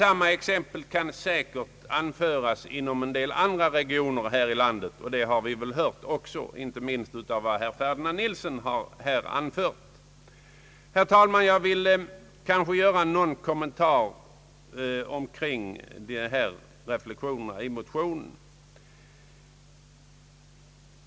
Samma förhållanden råder säkerligen inom en del andra regioner här i landet; det har vi hört inte minst av vad herr Ferdinand Nilsson anfört. Herr talman! Jag skulle vilja göra några kommentarer kring det som anförts i motionen.